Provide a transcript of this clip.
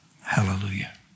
Hallelujah